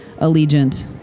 Allegiant